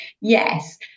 yes